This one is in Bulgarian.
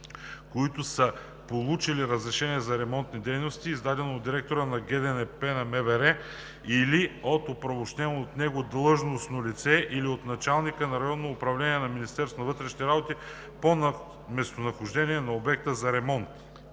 които са получили разрешение за ремонтни дейности, издадено от директора на ГДНП на МВР или от оправомощено от него длъжностно лице, или от началника на РУ на МВР по местонахождението на обекта за ремонт.“